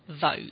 vote